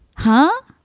huh?